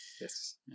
Yes